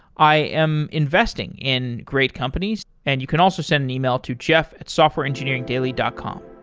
i am investing in great companies, and you can also send an email to jeff at softwareengineeringdaily dot com.